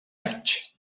anys